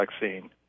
vaccine